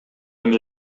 эми